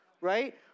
right